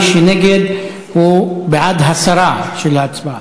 מי שנגד הוא בעד הסרה של ההצעה.